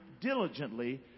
diligently